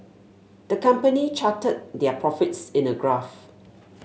the company charted their profits in a graph